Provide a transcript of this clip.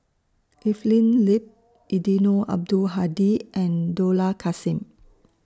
Evelyn Lip Eddino Abdul Hadi and Dollah Kassim